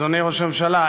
אדוני ראש הממשלה,